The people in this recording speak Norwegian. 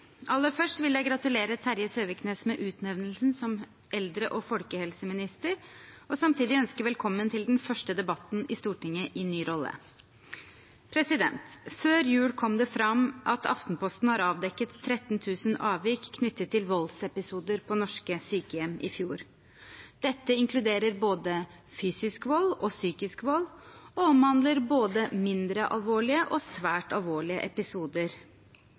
Aller først vil jeg gratulere Terje Søviknes med utnevnelsen som eldre- og folkehelseminister og samtidig ønske ham velkommen til den første debatten i Stortinget i ny rolle. Før jul kom det fram at Aftenposten har avdekket 13 000 avvik knyttet til voldsepisoder på norske sykehjem i fjor. Dette inkluderer både fysisk og psykisk vold og omhandler både mindre alvorlige og svært alvorlige episoder,